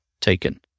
taken